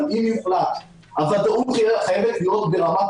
אבל אם יוחלט הוודאות חייבת להיות ברמת